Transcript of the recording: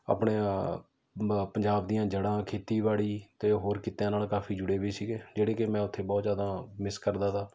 ਆਪਣੇ ਪੰਜਾਬ ਦੀਆਂ ਜੜ੍ਹਾਂ ਖੇਤੀਬਾੜੀ ਅਤੇ ਹੋਰ ਕਿੱਤਿਆਂ ਨਾਲ ਕਾਫੀ ਜੁੜੇ ਵੇ ਸੀਗੇ ਜਿਹੜੇ ਕਿ ਮੈਂ ਉੱਥੇ ਬਹੁਤ ਜ਼ਿਆਦਾ ਮਿਸ ਕਰਦਾ ਤਾ